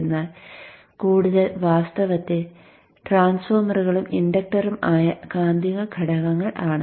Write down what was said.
എന്നാൽ കൂടുതൽ വാസ്തവത്തിൽ ട്രാൻസ്ഫോർമറുകളും ഇൻഡക്റ്ററും ആയ കാന്തിക ഘടകങ്ങൾ ആണ്